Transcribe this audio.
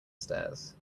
stairs